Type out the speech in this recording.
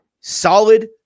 solid